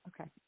Okay